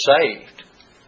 saved